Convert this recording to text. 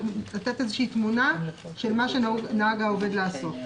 לתת איזושהי תמונה של מה שנהג העובד לעשות,